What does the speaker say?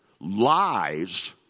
lies